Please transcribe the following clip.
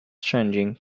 changing